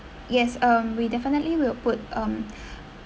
yes um we definitely will put um